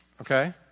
Okay